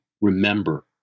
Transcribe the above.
remember